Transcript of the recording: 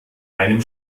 einem